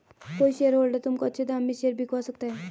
कोई शेयरहोल्डर तुमको अच्छे दाम में शेयर बिकवा सकता है